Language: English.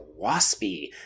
waspy